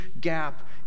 gap